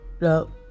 No